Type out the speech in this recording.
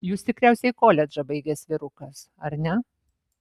jūs tikriausiai koledžą baigęs vyrukas ar ne